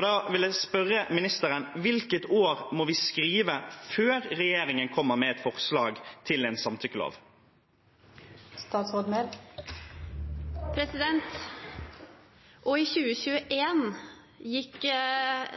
Da vil jeg spørre ministeren: Hvilket år må vi skrive før regjeringen kommer med et forslag til en samtykkelov? Og i 2021 gikk